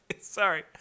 sorry